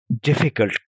difficult